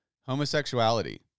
homosexuality